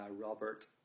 Robert